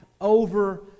over